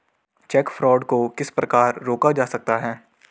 Check fraud को किस प्रकार रोका जा सकता है?